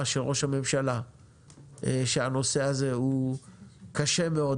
של ראש הממשלה שהנושא הזה הוא קשה מאוד,